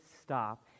stop